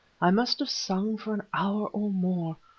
i must have sung for an hour or more,